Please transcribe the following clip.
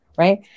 right